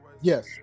Yes